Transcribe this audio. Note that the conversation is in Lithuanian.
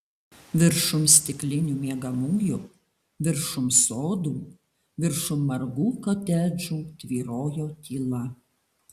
viršum stiklinių miegamųjų viršum sodų viršum margų kotedžų tvyrojo tyla